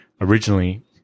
originally